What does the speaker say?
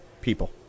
people